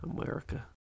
America